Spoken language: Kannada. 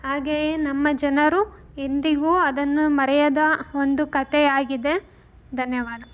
ಹಾಗೆಯೇ ನಮ್ಮ ಜನರು ಎಂದಿಗೂ ಅದನ್ನು ಮರೆಯದ ಒಂದು ಕಥೆಯಾಗಿದೆ ಧನ್ಯವಾದ